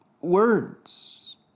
words